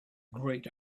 great